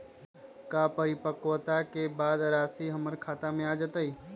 का परिपक्वता के बाद राशि हमर खाता में आ जतई?